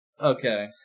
Okay